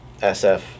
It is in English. SF